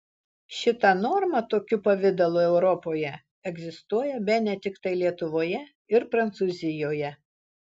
šita norma tokiu pavidalu europoje egzistuoja bene tiktai lietuvoje ir prancūzijoje